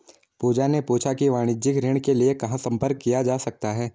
पूजा ने पूछा कि वाणिज्यिक ऋण के लिए कहाँ संपर्क किया जा सकता है?